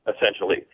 essentially